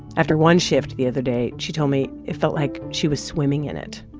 after one shift the other day, she told me it felt like she was swimming in it.